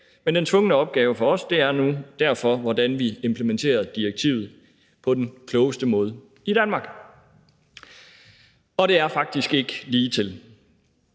af. Den tvungne opgave for os er nu derfor, hvordan vi implementerer direktivet på den klogeste måde i Danmark, og det er faktisk ikke ligetil.